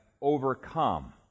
overcome